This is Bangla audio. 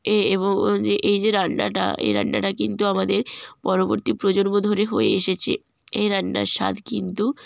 এ এবং এই যে রান্নাটা এই রান্নাটা কিন্তু আমাদের পরবর্তী প্রজন্ম ধরে হয়ে এসেছে এই রান্নার স্বাদ কিন্তু